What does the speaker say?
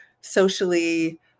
socially